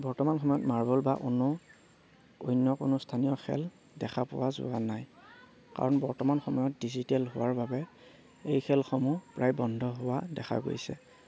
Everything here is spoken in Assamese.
বৰ্তমান সময়ত মাৰ্বল বা অন্য অন্য কোনো স্থানীয় খেল দেখা পোৱা যোৱা নাই কাৰণ বৰ্তমান সময়ত ডিজিটেল হোৱাৰ বাবে এই খেলসমূহ প্ৰায় বন্ধ হোৱা দেখা গৈছে